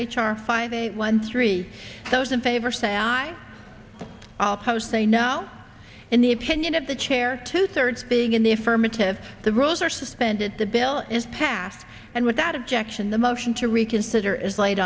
r five eighty one three those in favor say aye all posts they now in the opinion of the chair two thirds being in the affirmative the rules are suspended the bill is passed and without objection the motion to reconsider is laid